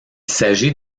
s’agit